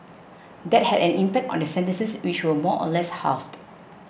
that had an impact on their sentences which were more or less halved